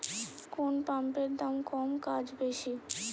কোন পাম্পের দাম কম কাজ বেশি?